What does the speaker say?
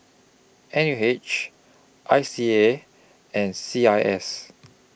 N U H I C A and C I S